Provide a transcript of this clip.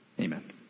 Amen